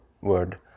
word